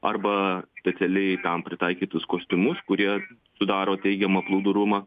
arba specialiai tam pritaikytus kostiumus kurie sudaro teigiamą plūdrumą